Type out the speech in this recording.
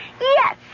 Yes